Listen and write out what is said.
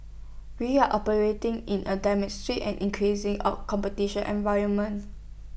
we are operating in A and increasingly competitive environment